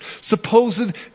supposed